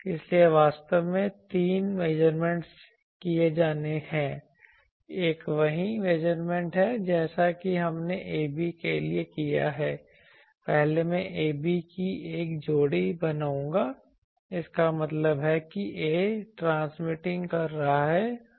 इसलिए वास्तव में तीन मेजरमेंटस किए जाने चाहिए एक वही मेजरमेंट है जैसा कि हमने 'ab 'के लिए किया है पहले मैं 'ab' की एक जोड़ी बनाऊंगा इसका मतलब है कि 'a ' ट्रांसमिटिंग कर रहा है और' b 'प्राप्त कर रहा है